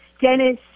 Dennis